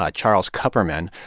ah charles kupperman,